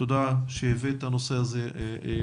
תודה על העלאת הנושא לדיון.